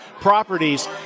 properties